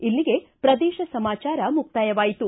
ಇಲ್ಲಿಗೆ ಪ್ರದೇಶ ಸಮಾಚಾರ ಮುಕ್ತಾಯವಾಯಿತು